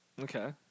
Okay